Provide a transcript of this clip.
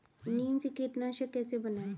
नीम से कीटनाशक कैसे बनाएं?